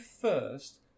first